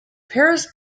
parris